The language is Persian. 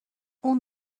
اون